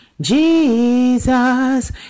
Jesus